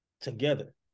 together